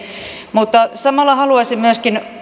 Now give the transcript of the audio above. mutta samalla haluaisin myöskin